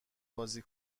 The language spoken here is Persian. بازی